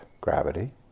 gravity